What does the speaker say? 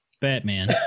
Batman